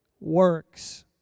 works